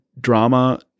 Drama